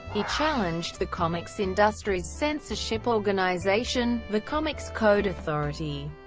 he challenged the comics' industry's censorship organization, the comics code authority,